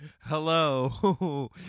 Hello